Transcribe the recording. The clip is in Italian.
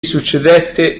succedette